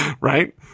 right